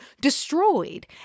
destroyed